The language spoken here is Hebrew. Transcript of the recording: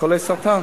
לחולי סרטן.